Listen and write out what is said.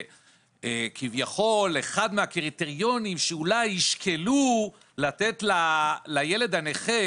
שכביכול אחד מהקריטריונים שאולי ישקלו לתת לילד הנכה